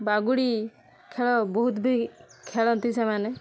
ବାଗୁଡ଼ି ଖେଳ ବହୁତ ଭି ଖେଳନ୍ତି ସେମାନେ